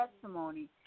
testimony